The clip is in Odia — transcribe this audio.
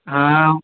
ହଁ